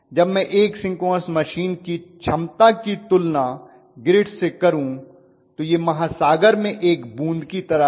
जब मैं एक सिंक्रोनस मशीन की क्षमता की तुलना ग्रिड से करूं तो यह महासागर में एक बूंद की तरह है